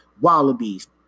Wallabies